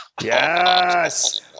Yes